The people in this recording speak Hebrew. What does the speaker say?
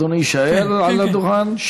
אדוני יישאר על הדוכן,